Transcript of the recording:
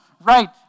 right